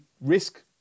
risk